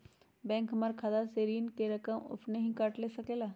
Bank हमार खाता से ऋण का रकम अपन हीं काट ले सकेला?